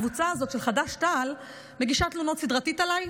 הקבוצה הזאת של חד"ש-תע"ל היא מגישת תלונות סדרתית עליי,